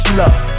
love